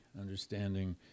understanding